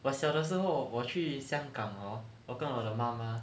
我小的时候我去香港 hor 我跟我的妈妈